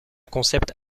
concept